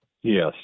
Yes